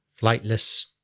flightless